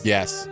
Yes